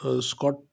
Scott